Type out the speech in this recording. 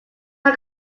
how